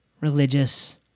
religious